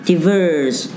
Diverse